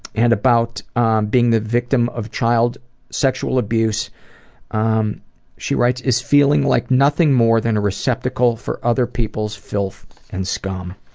and about being the victim of child sexual abuse um she writes is feeling like nothing more than a receptacle for other people's filth and scum.